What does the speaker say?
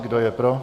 Kdo je pro?